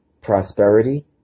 prosperity